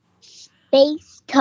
Space